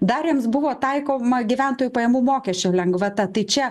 dar jiems buvo taikoma gyventojų pajamų mokesčio lengvata tai čia